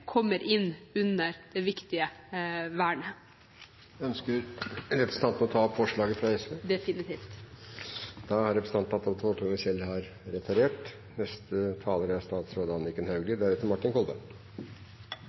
kommer inn under det viktige vernet. Ønsker representanten å ta opp forslaget fra SV? Definitivt. Representanten Kirsti Bergstø har tatt opp